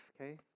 okay